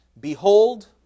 Behold